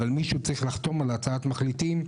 אבל מישהו צריך לחתום על הצעת המחליטים.